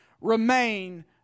remain